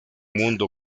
mundo